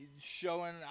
showing